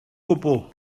gwbl